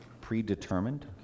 Predetermined